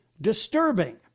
disturbing